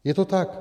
Je to tak.